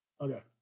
Okay